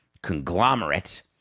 conglomerate